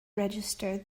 register